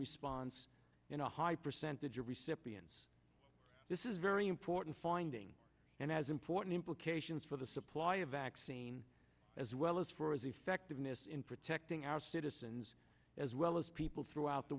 response in a high percentage of recipients this is very important finding and has important implications for the supply of vaccine as well as for his effectiveness in protecting our citizens as well as people throughout the